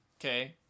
Okay